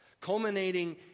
culminating